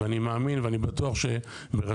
ואני מאמין ואני בטוח שבראשותך,